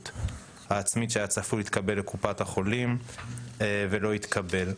העצמית שהיה צפוי להתקבל לקופת החולים ולא התקבל.